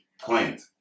point